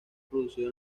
producido